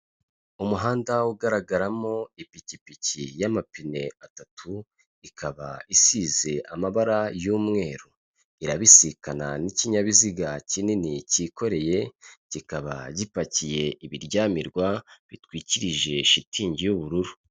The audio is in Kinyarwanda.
Umuhanda ugaragaramo ipikipiki y'amapine atatu ikaba isize amabara y'umweru, irabisikana n'ikinyabiziga kinini cyikoreye kikaba gipakiye ibiryamirwa bitwikirije shitingi y'ubururu.